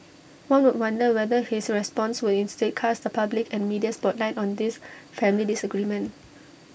one would wonder whether his response would instead cast the public and media spotlight on this family disagreement